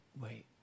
wait